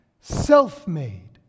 self-made